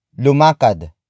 Lumakad